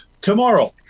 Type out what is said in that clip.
Tomorrow